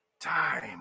time